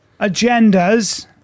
agendas